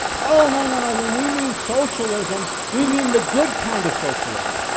oh no, no, no. when we mean socialism, we mean the good kind of socialism.